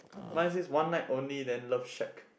mine says one night only then love shack